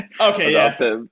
okay